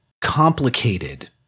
complicated